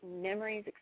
memories